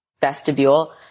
vestibule